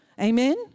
Amen